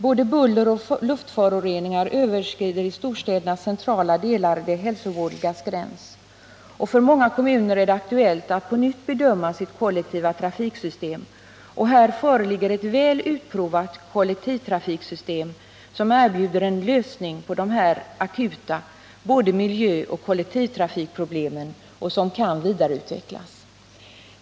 Både buller och luftföroreningar överskrider i storstädernas centrala delar det hälsovådligas gräns. För många kommuner är det aktuellt att på nytt bedöma sina kollektiva trafiksystem. Och i trådbussystemet föreligger ett väl utprovat kollektivtrafiksystem, som erbjuder en lösning på de nämnda akuta miljöoch kollektivtrafikproblemen och som kan vidareutvecklas.